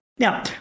Now